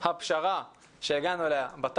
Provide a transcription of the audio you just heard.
הפשרה שהגענו עליה היא